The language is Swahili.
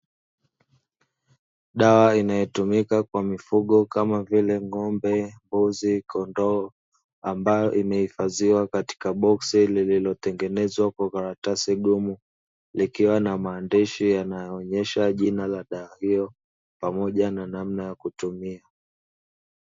Dawa inayotumika kwa mifugo kama vile ng'ombe, mbuzi, kondoo ambayo imehifadhiwa katika boksi lililotengenezwa kwa karatasi gumu, likiwa na maandishi yanayoonyesha jina la dawa hiyo pamoja na namna ya kutumia.